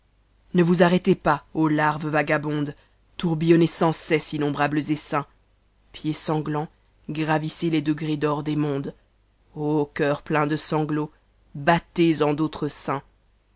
ne vous affëtex pas tarve vagabondes ï tourbillonnez sans cesse innombramcs essaims pieds sanglants gravtssez les degrés d'or des mondes o coeurs pleins de sanglots battez en d'autres setns